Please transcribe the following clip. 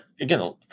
again